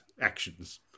actions